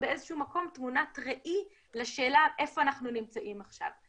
באיזשהו מקום תמונת ראי לשאלה איפה אנחנו נמצאים עכשיו.